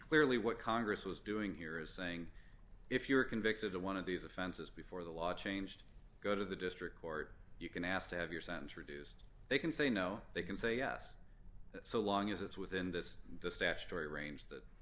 clearly what congress was doing here is saying if you're convicted of one of these offenses before the law changed go to the district court you can ask to have your sentence reduced they can say no they can say yes so long as it's within this statutory range that